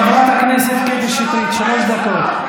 חברת הכנסת קטי שטרית, שלוש דקות.